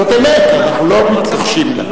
זאת אמת, אנחנו לא מתכחשים לה.